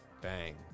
bang